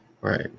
Right